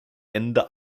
ende